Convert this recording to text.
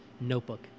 Notebook